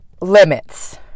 Limits